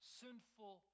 sinful